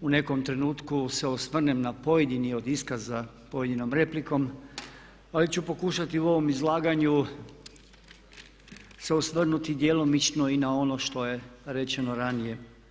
u nekom trenutku se osvrnem na pojedine od iskaza pojedinom replikom ali ću pokušati u ovom izlaganju se osvrnuti djelomično i na ono što je rečeno ranije.